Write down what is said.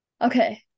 Okay